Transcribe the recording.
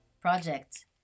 project